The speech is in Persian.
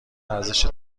ارزش